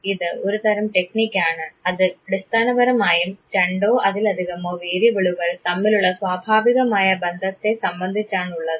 ഇത് ഒരുതരം ടെക്നിക്കാണ് അത് അടിസ്ഥാനപരമായും രണ്ടോ അതിലധികമോ വേരിയബിളുകൾ തമ്മിലുള്ള സ്വാഭാവികമായ ബന്ധത്തെ സംബന്ധിച്ചാണുള്ളത്